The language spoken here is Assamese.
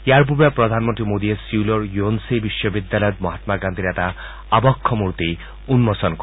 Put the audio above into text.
ইয়াৰ পূৰ্বে প্ৰধানমন্ত্ৰী মোডীয়ে ছিউলৰ য়োনছেই বিশ্ববিদ্যালয়ত মহামা গান্ধীৰ এটা আবক্ষ মূৰ্তি উন্মোচন কৰে